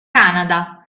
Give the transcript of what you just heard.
canada